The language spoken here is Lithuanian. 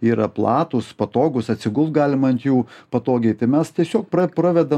yra platūs patogūs atsigult galima ant jų patogiai tai mes tiesiog pravedam